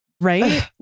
Right